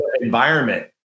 Environment